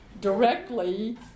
directly